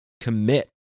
commit